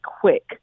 quick